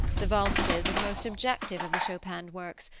the valses are the most objective of the chopin works,